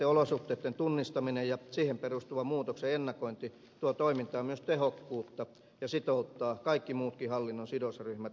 paikallisten olosuhteitten tunnistaminen ja siihen perustuvan muutoksen ennakointi tuo toimintaan myös tehokkuutta ja sitouttaa kaikki muutkin hallinnon sidosryhmät yhteisiin tavoitteisiin